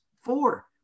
four